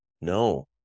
No